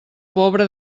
pobre